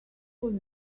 was